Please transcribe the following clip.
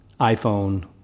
iPhone